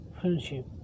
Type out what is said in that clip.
Friendship